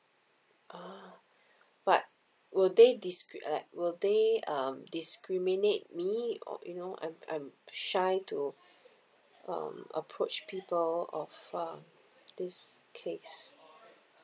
oh but will they discri~ like will they um discriminate me or you know I'm I'm shy to um approach people of uh this case